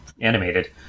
animated